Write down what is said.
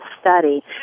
study